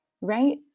Right